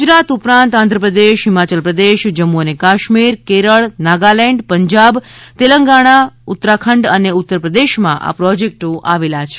ગુજરાત ઉપરાંત આંધ્રપ્રદેશ હિમાચલ પ્રદેશ જમ્મુ અને કાશ્મીર કેરળ નાગાલેન્ડ પંજાબ તેલંગાણા ઉત્તરાખંડ અને ઉત્તરપ્રદેશમાં આ પ્રોજેક્ટો આવેલા છે